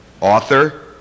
author